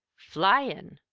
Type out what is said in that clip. flyin'!